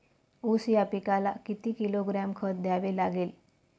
ऊस या पिकाला किती किलोग्रॅम खत द्यावे लागेल?